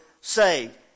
Saved